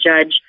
judge